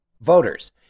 voters